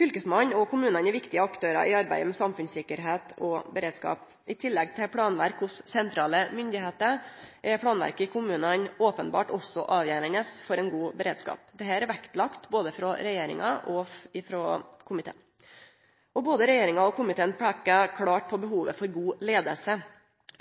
Fylkesmannen og kommunane er viktige aktørar i arbeidet med samfunnssikkerheit og beredskap. I tillegg til planverk hos sentrale myndigheiter, er planverket i kommunane openbert også avgjerande for ein god beredskap. Dette er vektlagt av både regjeringa og komiteen. Både regjeringa og komiteen peiker klart på behovet for god leiing.